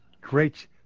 great